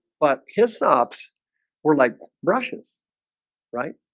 but his stops were like brushes right,